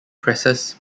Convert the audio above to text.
presses